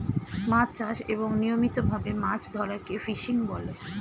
মাছ চাষ এবং নিয়মিত ভাবে মাছ ধরাকে ফিশিং বলে